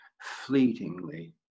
fleetingly